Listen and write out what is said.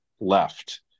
left